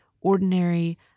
ordinary